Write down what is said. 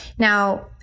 Now